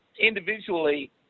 individually